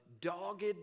dogged